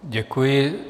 Děkuji.